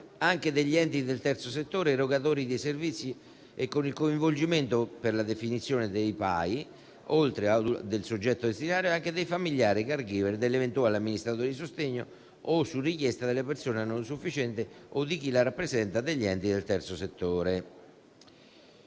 anche degli enti del terzo settore erogatori dei servizi e con il coinvolgimento per la definizione dei PAI, oltre che del soggetto destinatario, anche dei familiari *caregiver*, dell'eventuale amministratore di sostegno o, su richiesta delle persone non autosufficiente o di chi la rappresenta, degli enti del terzo settore.